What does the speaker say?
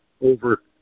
over